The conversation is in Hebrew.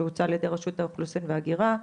שהוצא על ידי רשות האוכלוסין וההגירה,